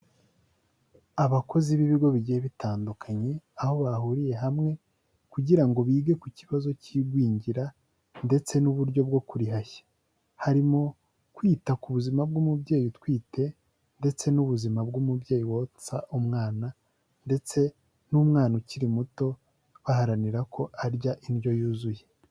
Abakozi b'ibigo bigiye bitandukanye, aho bahuriye hamwe kugira ngo bige ku kibazo cy'igwingira ndetse n'uburyo bwo kurihashya, harimo kwita ku buzima bw'umubyeyi utwite ndetse n'ubuzima bw'umubyeyi wotsa umwana, ndetse n'umwana ukiri muto baharanira ko arya indyo yuzuye.